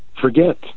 forget